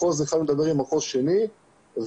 מחוז אחד מדבר עם המחוז השני ומיידע